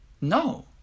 No